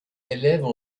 élèves